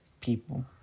people